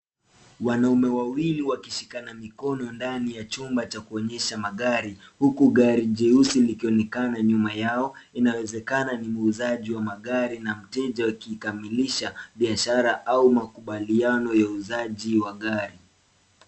Wanaume wawili wakishikana mikono ndani ya chumba cha kuonyeha magari, huku gari jeusi likionekana nyuma yao. Inawezekana ni muuzqji wa magari na mteja wakikamilisha biashara au makubaliano ya uuzaji wa gari.